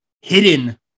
hidden